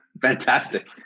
Fantastic